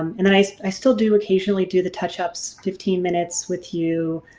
and then i i still do occasionally do the touch-ups fifteen minutes with you,